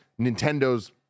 Nintendo's